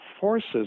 forces